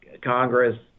Congress